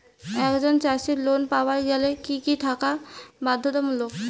একজন চাষীর লোন পাবার গেলে কি কি থাকা বাধ্যতামূলক?